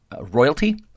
royalty